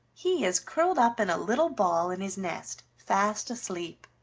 he is curled up in a little ball in his nest, fast asleep.